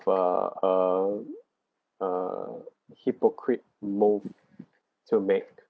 a uh uh hypocrite move to make